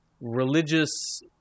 religious